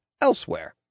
elsewhere